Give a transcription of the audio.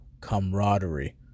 camaraderie